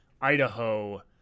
Idaho